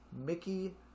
Mickey